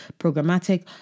Programmatic